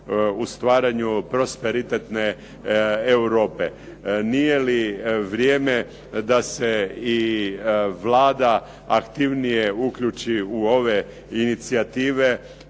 u stvaranju prosperitetne Europe. Nije li vrijeme da se i Vlada aktivnije uključi u ove inicijative